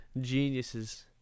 geniuses